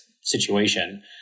situation